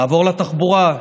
נעבור לתחבורה.